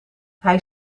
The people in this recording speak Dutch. hij